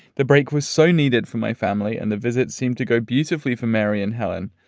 the break was so needed for my family and the visit seemed to go beautifully for mary ann helen.